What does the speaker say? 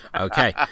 okay